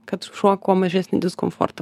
kad šuo kuo mažesnį diskomfortą